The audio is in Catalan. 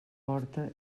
porta